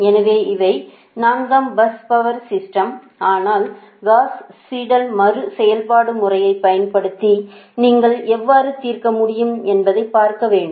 எனவே இவை 4ம் பஸ் பவர் சிஸ்டம் ஆனால் காஸ் சீடெல் மறு செயல்பாட்டு முறையைப் பயன்படுத்தி நீங்கள் எவ்வாறு தீர்க்க முடியும் என்பதைப் பார்க்க வேண்டும்